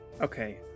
okay